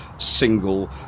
single